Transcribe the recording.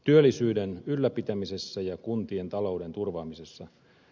työllisyyden ylläpitämisessä ja kuntien talouden turvaamisessa